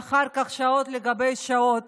ואחר כך, שעות על גבי שעות